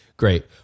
Great